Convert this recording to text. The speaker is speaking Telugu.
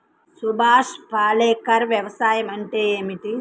సుభాష్ పాలేకర్ వ్యవసాయం అంటే ఏమిటీ?